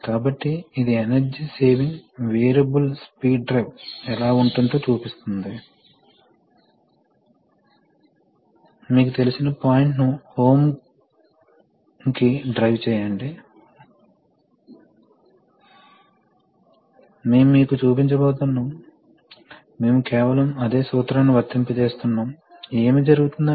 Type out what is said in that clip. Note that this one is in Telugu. కాబట్టి స్ట్రిక్షన్ అనే పదం వాస్తవానికి దాని నుండి వచ్చింది కాబట్టి మోయిచర్ మరియు ఈ ప్రత్యేకమైన మేటర్ తొలగించబడకపోతే స్టాటిక్ ఫ్రిక్షన్ గణనీయంగా పెరుగుతుంది